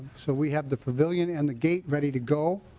so we have the pavilion and the gate ready to go